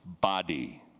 body